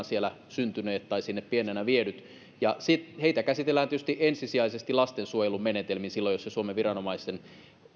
siellä syntyneet tai sinne pienenä viedyt tietysti ole kohtaloaan valinneetkaan heitä käsitellään tietysti ensisijaisesti lastensuojelun menetelmin silloin jos he suomen viranomaisten